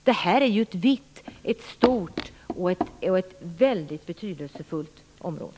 Detta är ju ett stort och mycket betydelsefullt område.